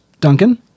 Duncan